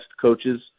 coaches